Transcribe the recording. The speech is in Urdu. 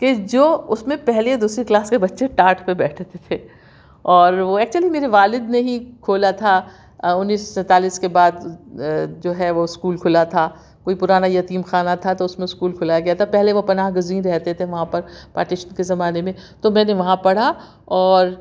کہ جو اُس میں پہلی اور دوسری کلاس کے بچے ٹاٹ پہ بیٹھتے تھے اور وہ ایکچلی میرے والد نے ہی کھولا تھا اُنیس سو سینتالیس کے بعد جو ہے وہ اسکول کھلا تھا کوئی پُرانا یتیم خانہ تھا تو اُس میں اسکول کھلایا گیا تھا پہلے وہ پناہ گزیر رہتے تھے وہاں پر پارٹیشن کے زمانے میں تو میں نے وہاں پڑھا اور